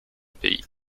pays